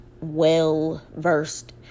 well-versed